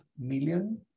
million